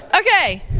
Okay